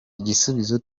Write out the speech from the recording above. igisubizo